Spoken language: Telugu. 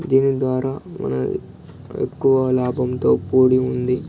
దీని ద్వారా మన ఎక్కువ లాభంతో కూడి ఉంది